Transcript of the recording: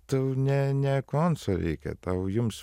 tau ne ne koncų reikia tau jums